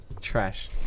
Trash